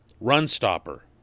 run-stopper